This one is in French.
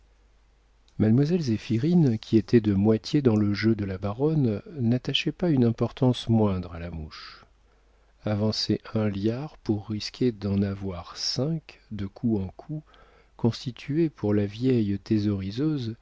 mademoiselle zéphirine qui était de moitié dans le jeu de la baronne n'attachait pas une importance moindre à la mouche avancer un liard pour risquer d'en avoir cinq de coup en coup constituait pour la vieille